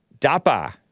Dapa